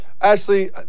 Ashley